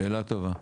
שאלה טובה.